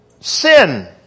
Sin